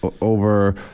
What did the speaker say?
over